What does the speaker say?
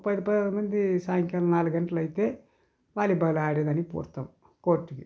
పది పదిహేను మంది సాయంకాలం నాలుగు గంటలు అయితే వాలీబాల్ ఆడేదానికి పోతాం కోర్టుకి